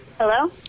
hello